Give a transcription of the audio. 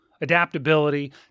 adaptability